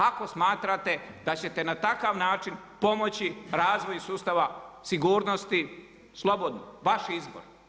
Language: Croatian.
Ako smatrate da ćete na takav način pomoći razvoju sustava sigurnosti slobodno, vaš izbor.